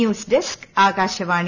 news desk Akashvani